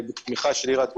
בתמיכה של עיריית ירושלים.